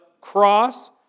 cross